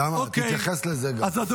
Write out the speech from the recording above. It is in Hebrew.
תתייחס גם לזה.